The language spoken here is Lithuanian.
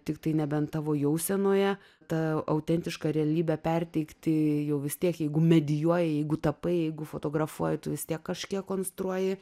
tiktai nebent tavo jausenoje tą autentišką realybę perteikti jau vis tiek jeigu medijuoja jeigu tapai jeigu fotografuoji tu vis tiek kažkiek konstruoji